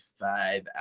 five